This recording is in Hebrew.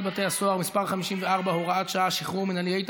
בתי הסוהר (מס' 54 והוראת שעה) (שחרור מינהלי),